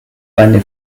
eine